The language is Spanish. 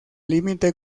límite